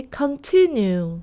continue